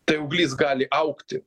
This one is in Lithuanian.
tai auglys gali augti